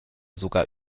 sogar